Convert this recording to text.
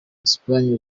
espagne